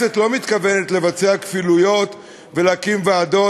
הכנסת לא מתכוונת לבצע כפילויות ולהקים ועדות.